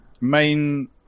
Main